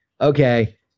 okay